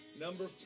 Number